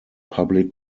public